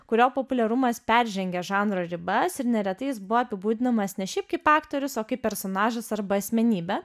kurio populiarumas peržengia žanro ribas ir neretai jis buvo apibūdinamas ne šiaip kaip aktorius o kaip personažas arba asmenybė